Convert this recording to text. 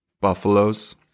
buffaloes